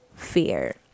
fear